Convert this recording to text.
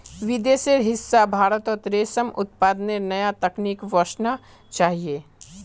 विदेशेर हिस्सा भारतत रेशम उत्पादनेर नया तकनीक वसना चाहिए